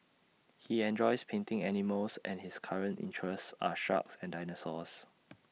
he enjoys painting animals and his current interests are sharks and dinosaurs